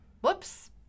Whoops